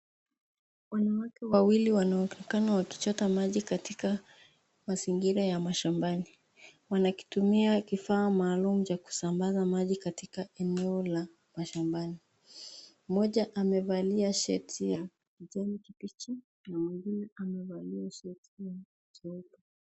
Wanawake wawili wanaonekana wakichota maji katika mazingira ya mashambani, wanakitumia kifaa maalum cha kusambaza maji katika eneo la mashambani mmoja amevalia shati ya kijani kibichi na mwingine amevalia shati jeupe.